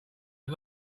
was